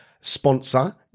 sponsor